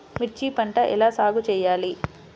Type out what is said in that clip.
మిర్చి పంట ఎలా సాగు చేయాలి?